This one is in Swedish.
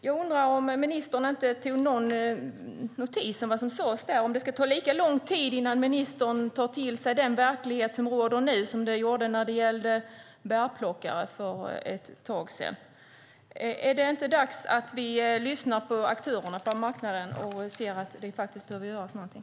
Jag undrar om ministern inte tog någon notis om vad som sades där och om det ska ta lika lång tid innan ministern tar till sig den verklighet som råder nu som det gjorde när det gällde bärplockare. Är det inte dags att vi lyssnar på aktörerna på marknaden och ser att det behöver göras någonting?